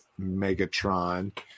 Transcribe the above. megatron